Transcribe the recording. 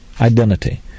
identity